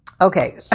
Okay